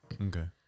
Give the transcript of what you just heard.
Okay